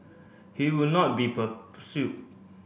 he would not be